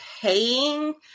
paying